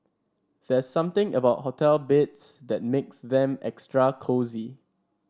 there's something about hotel beds that makes them extra cosy